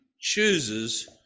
chooses